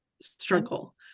struggle